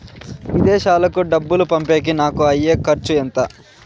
విదేశాలకు డబ్బులు పంపేకి నాకు అయ్యే ఖర్చు ఎంత?